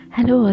Hello